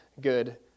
good